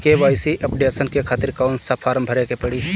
KYC updation के खातिर कौन सा फारम भरे के पड़ी?